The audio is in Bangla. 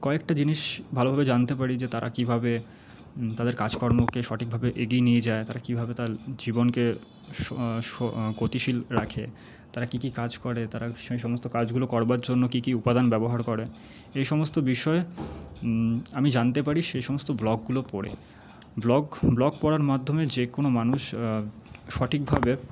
কয়েকটা জিনিস ভালোভাবে জানতে পারি যে তারা কীভাবে তাদের কাজকর্মকে সঠিকভাবে এগিয়ে নিয়ে যায় তারা কীভাবে তাদের জীবনকে গতিশীল রাখে তারা কী কী কাজ করে তারা সেই সমস্ত কাজগুলো করবার জন্য কী কী উপাদান ব্যবহার করে সেই সমস্ত বিষয় আমি জানতে পারি সেই সমস্ত ব্লগগুলো পড়ে ব্লগ ব্লগ পড়ার মাধ্যমে যেকোনো মানুষ সঠিকভাবে